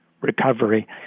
recovery